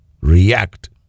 react